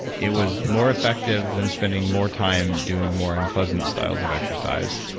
it was more effective than spending more time doing more unpleasant styles of exercise.